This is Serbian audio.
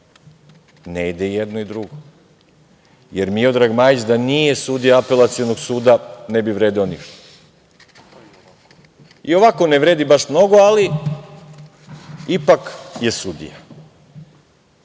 Ne ide i jedno i drugo, jer Miodrag Majić da nije sudija Apelacionog suda ne bi vredeo ništa. I ovako ne vredi baš mnogo, ali ipak je sudija